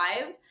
lives